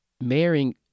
marrying